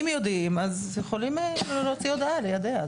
אם יודעים אז יכולים להוציא הודעה, ליידע.